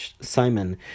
Simon